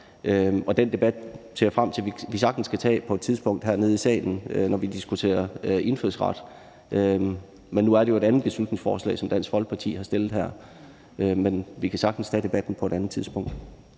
Den debat ser jeg frem til, og den kan vi sagtens tage på et tidspunkt hernede i salen, når vi diskuterer indfødsret. Men nu er det jo et andet beslutningsforslag, som Dansk Folkeparti har fremsat her. Men vi kan sagtens tage debatten på et andet tidspunkt.